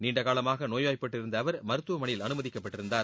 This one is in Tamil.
நீண்ட காலமாக நோய்வாய்ப்பட்டு இருந்த அவர் மருத்துவமனையில் அனுமதிக்கப்பட்டிருந்தார்